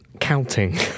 Counting